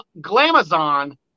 Glamazon